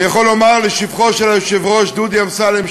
אני יכול לומר לשבחו של היושב-ראש דודי אמסלם,